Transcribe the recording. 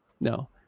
No